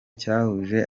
cyahuje